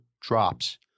drops